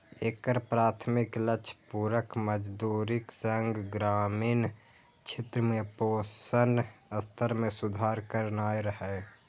एकर प्राथमिक लक्ष्य पूरक मजदूरीक संग ग्रामीण क्षेत्र में पोषण स्तर मे सुधार करनाय रहै